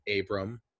Abram